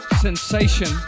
Sensation